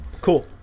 Cool